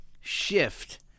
shift